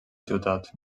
ciutat